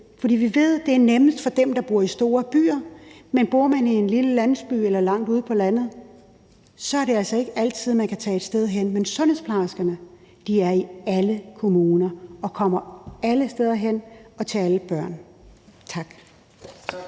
For vi ved, det er nemmest for dem, der bor i store byer, men bor man i en lille landsby eller langt ude på landet, er det altså ikke altid, man kan tage et sted hen. Men sundhedsplejerskerne er i alle kommuner og kommer alle steder hen og til alle børn. Tak.